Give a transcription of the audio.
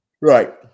Right